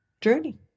journey